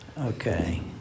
okay